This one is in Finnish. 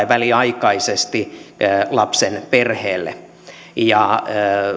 väliaikaisesti lapsen perheelle ja